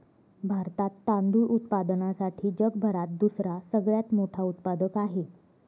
भारतात तांदूळ उत्पादनासाठी जगभरात दुसरा सगळ्यात मोठा उत्पादक आहे